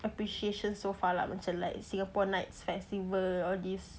appreciation so far macam like Singapore nights festival all this